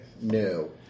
No